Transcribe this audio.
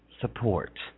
support